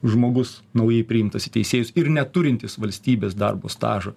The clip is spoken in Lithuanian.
žmogus naujai priimtas į teisėjus ir neturintis valstybės darbo stažo